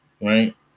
Right